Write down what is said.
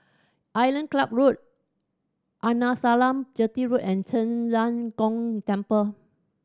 Island Club Road Arnasalam Chetty Road and Zhen Ren Gong Temple